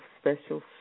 special